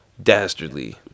dastardly